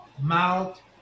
mouth